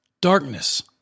Darkness